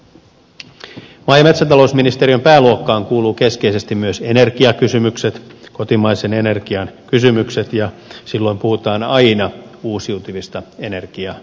maa ja metsätalousministeriön pääluokkaan kuuluvat keskeisesti myös energiakysymykset kotimaisen energian kysymykset ja silloin puhutaan aina uusiutuvista energialähteistä